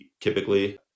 typically